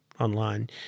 online